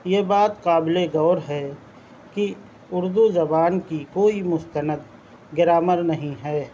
یہ بات قابل غور ہے کہ اردو زبان کی کوئی مستند گرامر نہیں ہے